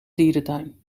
dierentuin